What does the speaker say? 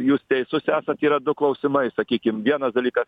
jūs teisus esat yra du klausimai sakykim vienas dalykas